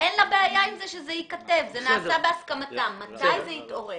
נותן